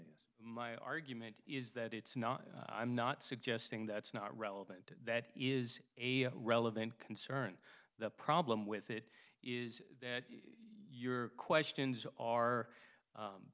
is my argument is that it's not i'm not suggesting that's not relevant that is a relevant concern the problem with it is that your questions are